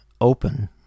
open